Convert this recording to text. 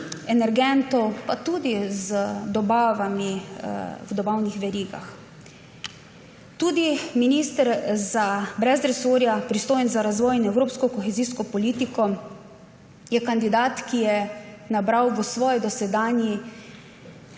energentov, pa tudi z dobavami v dobavnih verigah. Tudi minister brez resorja, pristojen za razvoj in evropsko kohezijsko politiko, je kandidat, ki je nabral v svoji dosedanji